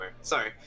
Sorry